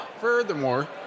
furthermore